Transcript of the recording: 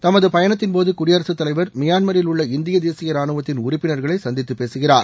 தமது பயணத்தின்போது குயடிரசு தலைவர் மியான்மரில் உள்ள இந்திய தேசிய ராணுவத்தின் உறுப்பினர்களை சந்தித்து பேசுகிறார்